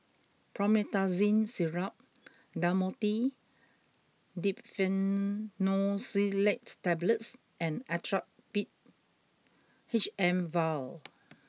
Promethazine Syrup Dhamotil Diphenoxylate Tablets and Actrapid H M vial